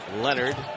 Leonard